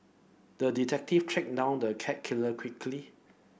the detective tracked down the cat killer quickly